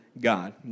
God